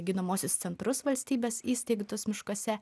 gydomuosius centrus valstybės įsteigtus miškuose